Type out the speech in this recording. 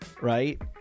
right